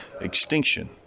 extinction